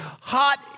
Hot